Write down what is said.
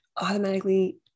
automatically